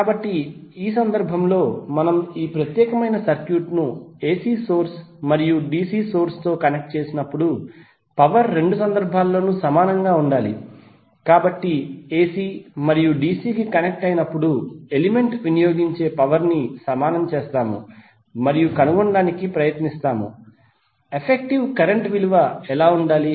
కాబట్టి ఈ సందర్భంలో మనము ఈ ప్రత్యేకమైన సర్క్యూట్ ను ఎసి సోర్స్ మరియు డిసి సోర్స్ తో కనెక్ట్ చేసినప్పుడు పవర్ రెండు సందర్భాల్లోనూ సమానంగా ఉండాలి కాబట్టి ఎసి మరియు డిసి కి కనెక్ట్ అయినప్పుడు ఎలిమెంట్ వినియోగించే పవర్ ని సమానం చేస్తాము మరియు కనుగొనడానికి ప్రయత్నిస్తాము ఎఫెక్టివ్ కరెంట్ విలువ ఎలా ఉండాలి